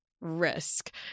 risk